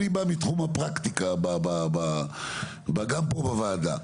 אני בא מתחום הפרקטיקה גם פה בוועדה.